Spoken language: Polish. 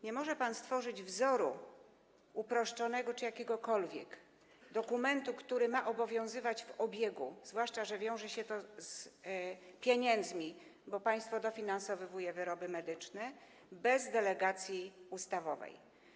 Nie może pan stworzyć wzoru uproszczonego czy jakiegokolwiek wzoru dokumentu, który ma obowiązywać w obiegu, zwłaszcza że wiąże się to z pieniędzmi, bo państwo dofinansowuje wyroby medyczne bez delegacji ustawowej.